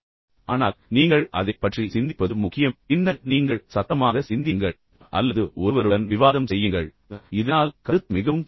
ஆனால் நீங்கள் அதைப் பற்றி சிந்திப்பது முக்கியம் பின்னர் நீங்கள் சத்தமாக சிந்தியுங்கள் அல்லது ஒருவருடன் விவாதம் செய்யுங்கள் இதனால் கருத்து மிகவும் தெளிவாகிறது